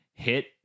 Hit